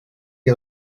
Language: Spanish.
que